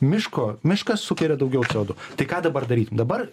miško miškas sukelia daugiau c o du tai ką dabar daryti dabar